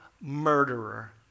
murderer